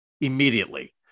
immediately